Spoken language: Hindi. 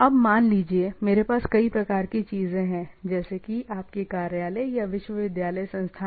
अब मान लीजिए मेरे पास कई प्रकार की चीजें हैं जैसे की आपके कार्यालय या विश्वविद्यालय संस्थान